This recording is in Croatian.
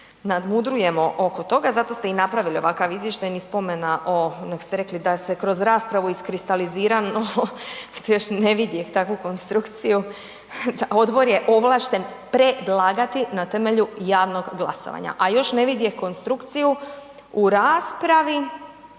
nadmudrujemo oko toga i zato ste i napravili ovakav izvještaj, ni spomena o nego ste rekli da se kroz raspravu iskristalizira malo, još ne vidjeh takvu konstrukciju, odbor je ovlašten predlagati na temelju javnog glasovanja a još ne vidjeh konstrukciju u raspravi